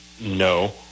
No